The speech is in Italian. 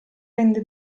rende